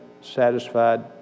satisfied